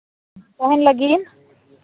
ᱛᱟᱦᱮᱱ ᱞᱟᱹᱜᱤᱫ